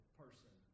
person